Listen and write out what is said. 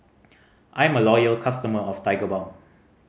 I'm a loyal customer of Tigerbalm